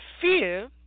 fear